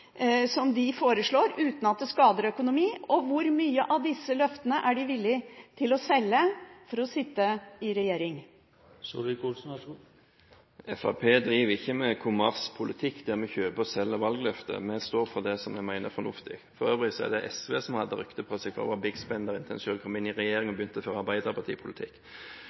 som de foreslår, uten at det skader økonomien? Hvor mange av disse løftene er de villige til å selge for å sitte i regjering? Fremskrittspartiet driver ikke med «kommerspolitikk», der vi kjøper og selger valgløfter. Vi står for det vi mener er fornuftig. For øvrig er det SV som hadde ryktet på seg for å være «big spender» – inntil de selv kom inn i regjering og begynte å føre arbeiderpartipolitikk.